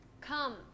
Come